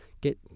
get